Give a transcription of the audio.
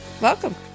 Welcome